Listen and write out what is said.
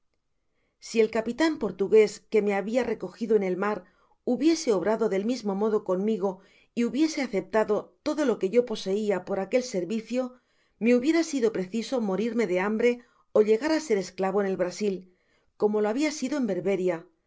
si el capitan portugués que me habia re cogido en el mar hubiese obrado del mismo modo conmigo y hubiese aceptado todo lo que yo poseia por aquel servicio me hubiera sido preciso morirme de hambre ó llegar á ser esclavo en el brasil como lo habia sido en berberia con